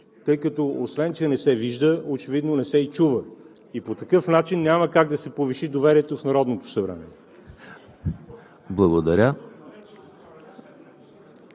тъй като освен че не се вижда, очевидно не се и чува. По такъв начин няма как да се повиши доверието в Народното събрание.